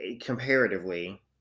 comparatively